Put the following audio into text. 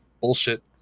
bullshit